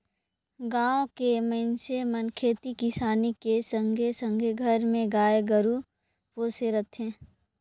गाँव के मइनसे मन खेती किसानी के संघे संघे घर मे गाय गोरु पोसे रथें